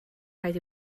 rhaid